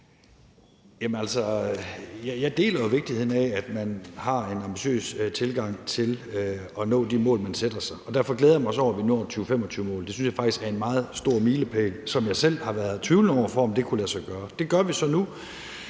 Jeg deler jo vigtigheden af, at man har en ambitiøs tilgang til at nå de mål, man sætter sig, og derfor glæder jeg mig også over, at vi når 2025-målet. Det synes jeg faktisk er en meget stor milepæl, og det er noget, jeg selv har været tvivlende over for kunne lade sig gøre. Det gør vi så nu,